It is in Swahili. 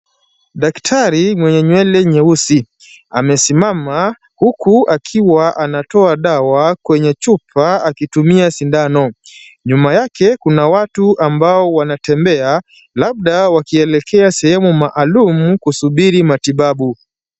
Daktari mwenye nywele nyeusi, amesimama huku akiwa anatoa dawa kwenye chupa akitumia sindano. Nyuma yake kuna watu ambao wanatembea, labda wakielekea sehemu maalum kusubiri matibabu.